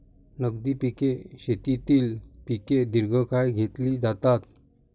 नगदी पिके शेतीतील पिके दीर्घकाळ घेतली जातात